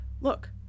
look